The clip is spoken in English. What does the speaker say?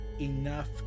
Enough